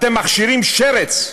אתם מכשירים שרץ.